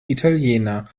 italiener